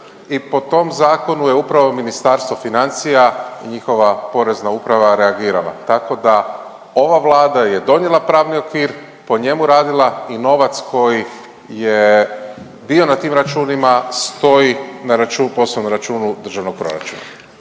i po tom zakonu je upravo Ministarstvo financija i njihova Porezna uprava reagirala, tako da ova Vlada je donijela pravni okvir, po njemu radila i novac koji je bio na tim računima stoji na poslovnom računu državnog proračuna.